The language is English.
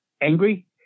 angry